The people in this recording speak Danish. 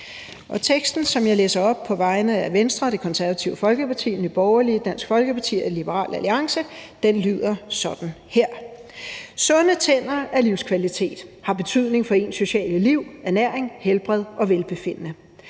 teksten som jeg læser op på vegne af Venstre, Det Konservative Folkeparti, Nye Borgerlige, Dansk Folkeparti og Liberal alliance, lyder sådan her: Forslag til vedtagelse »Sunde tænder er livskvalitet og har betydning for ens sociale liv, ernæring, helbred og velbefindende.